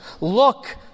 Look